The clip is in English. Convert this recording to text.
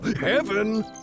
Heaven